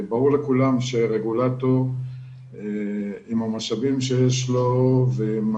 ברור לכולם שרגולטור, עם המשאבים שיש לו ועם